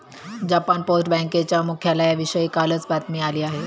Japan post बँकेच्या मुख्यालयाविषयी कालच बातमी आली आहे